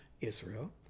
Israel